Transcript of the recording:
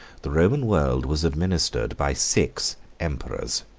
the roman world was administered by six emperors.